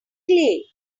clay